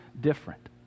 different